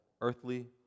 earthly